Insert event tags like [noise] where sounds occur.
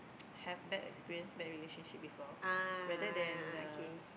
[noise] have bad experience bad relationship before rather than the